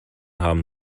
haben